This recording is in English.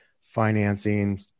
financing